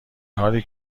حالی